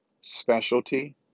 specialty